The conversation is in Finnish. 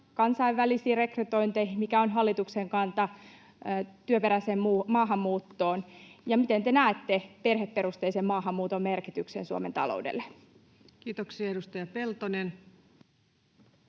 kansainvälisiin rekrytointeihin? Mikä on hallituksen kanta työperäiseen maahanmuuttoon? Miten te näette perheperusteisen maahanmuuton merkityksen Suomen taloudelle? [Speech 245] Speaker: